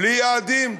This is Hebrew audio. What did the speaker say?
בלי יעדים.